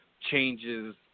changes